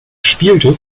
spielte